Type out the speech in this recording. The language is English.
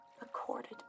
accorded